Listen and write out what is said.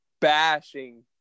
bashing